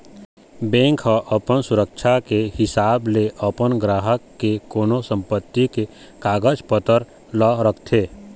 bank ह अपन सुरक्छा के हिसाब ले अपन गराहक के कोनो संपत्ति के कागज पतर ल रखथे